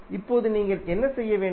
இப்போது நீங்கள் என்ன செய்ய வேண்டும்